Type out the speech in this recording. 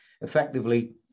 effectively